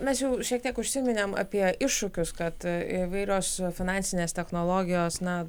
mes jau šiek tiek užsiminėm apie iššūkius kad įvairios finansinės technologijos na